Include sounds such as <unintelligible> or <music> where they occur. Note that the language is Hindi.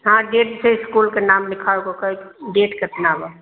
हाँ डेट <unintelligible> स्कूल के नाम लिखाव क कैक डेट कितना बा